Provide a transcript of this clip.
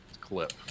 clip